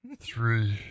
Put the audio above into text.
Three